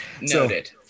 Noted